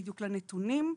חוץ-ביתית.